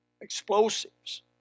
explosives